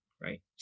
right